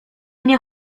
nie